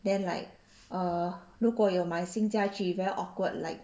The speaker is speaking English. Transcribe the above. then like err 如果有买新家具 very awkward like